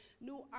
new